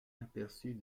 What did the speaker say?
aperçu